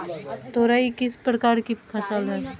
तोरई किस प्रकार की फसल है?